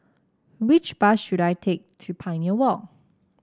which bus should I take to Pioneer Walk